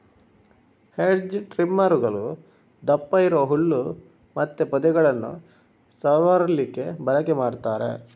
hedge ಟ್ರಿಮ್ಮರುಗಳು ದಪ್ಪ ಇರುವ ಹುಲ್ಲು ಮತ್ತೆ ಪೊದೆಗಳನ್ನ ಸವರ್ಲಿಕ್ಕೆ ಬಳಕೆ ಮಾಡ್ತಾರೆ